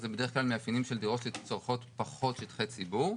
אלה בדרך כלל מאפיינים של דירות שצורכות פחות שטחי ציבור.